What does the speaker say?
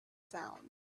sound